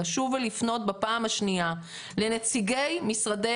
לשוב ולפנות בפעם השניה לנציגי משרדי